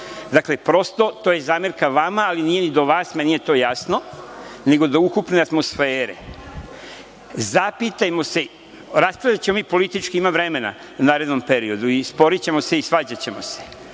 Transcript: Dakle, prosto to je zamerka vama, ali nije ni do vas, meni je to jasno, nego do ukupne atmosfere. Zapitajmo se, raspravljaćemo mi politički ima vremena u narednom periodu, i sporićemo se i svađaćemo se,